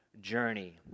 journey